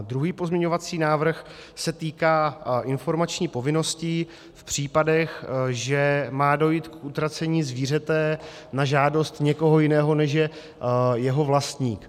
Druhý pozměňovací návrh se týká informační povinnosti v případech, že má dojít k utracení zvířete na žádost někoho jiného, než je jeho vlastník.